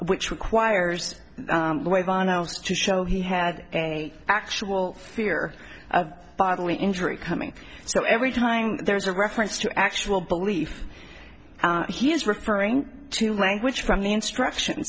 which requires to show he had an actual fear of bodily injury coming so every time there is a reference to actual belief he is referring to language from the instruction